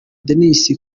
denis